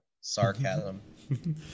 Sarcasm